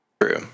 True